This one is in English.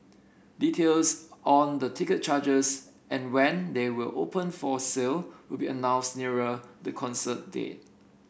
details on the ticket charges and when they will open for sale will be announced nearer the concert date